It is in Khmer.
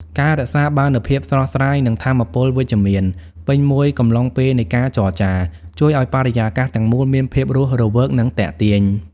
ការរក្សាបាននូវភាពស្រស់ស្រាយ និងថាមពលវិជ្ជមានពេញមួយកំឡុងពេលនៃការចរចា ជួយឱ្យបរិយាកាសទាំងមូលមានភាពរស់រវើក និងទាក់ទាញ។